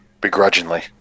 begrudgingly